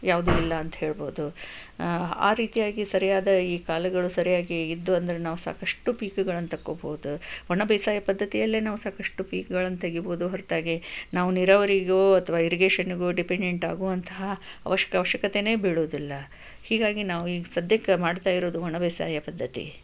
ಯಾವುದು ಇಲ್ಲ ಅಂತ ಹೇಳಬಹುದು ಆ ರೀತಿಯಾಗಿ ಸರಿಯಾದ ಈ ಕಾಲಗಳು ಸರಿಯಾಗಿ ಇದ್ವು ಅಂದರೆ ನಾವು ಸಾಕಷ್ಟು ಪೀಕುಗಳನ್ನು ತಕೋಬಹುದು ಒಣ ಬೇಸಾಯ ಪದ್ಧತಿಯಲ್ಲೇ ನಾವು ಸಾಕಷ್ಟು ಪೀಕುಗಳನ್ನು ತೆಗಿಬಹುದು ಹೊರತಾಗಿ ನಾವು ನೀರಾವರಿಗೋ ಅಥವಾ ಇರಿಗೇಷನ್ಗೋ ಡಿಪೆಂಡೆಂಟ್ ಆಗುವಂತಹ ಅವಶ್ಯ ಅವಶ್ಯಕತೆಯೇ ಬೀಳೋದಿಲ್ಲ ಹೀಗಾಗಿ ನಾವು ಈಗ ಸದ್ಯಕ್ಕೆ ಮಾಡ್ತಾ ಇರೋದು ಒಣ ಬೇಸಾಯ ಪದ್ಧತಿ